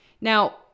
Now